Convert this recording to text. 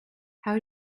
how